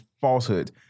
falsehood